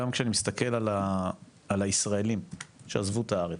גם כשאני מסתכל על הישראלים שעזבו את הארץ,